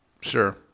Sure